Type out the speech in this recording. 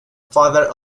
father